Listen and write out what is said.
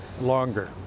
longer